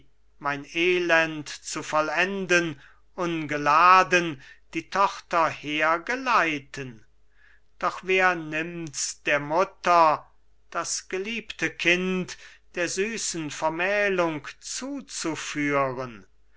mein elend zu vollenden ungeladen die tochter hergeleiten doch wer nimmt's der mutter das geliebte kind der süßen vermählung zuzuführen